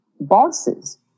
bosses